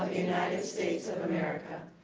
united states of america,